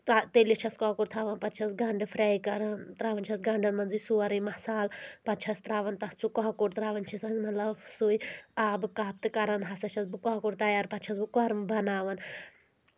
تٔلِتھ چھس کۄکُر تھاوان پتہٕ چھَس گنٛڈٕ فرٛے کران ترٛاوان چھَس گنٛڈن منٛزٕے سورُے مسالہٕ پَتہٕ چھَس ترٛاوَان تَتھ سُہ کۄکُر تراوان چھس اَسہِ مطلب سُے آبہٕ کپ تہٕ کران ہسا چھَس بہٕ کۄکُر تیار پَتہٕ چھس بہٕ کۄرم بناوان